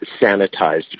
sanitized